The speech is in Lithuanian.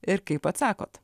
ir kaip atsakot